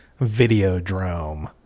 Videodrome